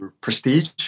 prestige